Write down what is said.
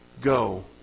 go